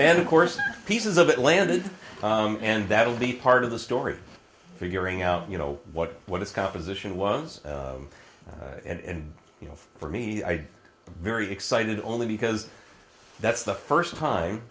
and of course pieces of it landed and that will be part of the story figuring out you know what what its composition was and you know for me i very excited only because that's the first time